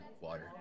water